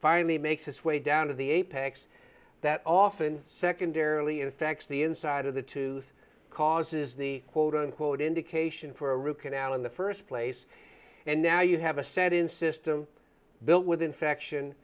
finally makes its way down to the apex that often secondarily infects the inside of the tooth causes the quote unquote indication for a root canal in the first place and now you have a set in system built with infection